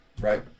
right